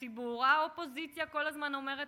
שלכם, תודה לחבר הכנסת אבישי ברוורמן.